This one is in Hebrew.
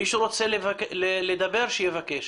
מי שרוצה לדבר שיבקש.